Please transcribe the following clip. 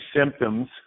symptoms